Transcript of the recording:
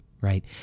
right